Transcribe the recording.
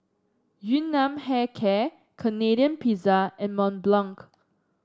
Yun Nam Hair Care Canadian Pizza and Mont Blanc